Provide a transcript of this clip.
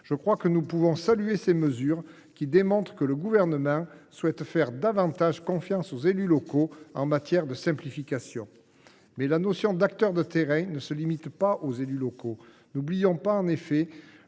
Je crois que nous pouvons saluer ces mesures, qui démontrent que le Gouvernement souhaite faire davantage confiance aux élus locaux en matière de simplification. Mais les élus locaux ne sont pas les seuls acteurs de terrain. N’oublions pas, en effet,